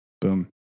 Boom